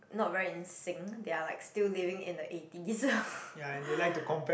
not very in sync they're like still living in the eighties